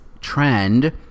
trend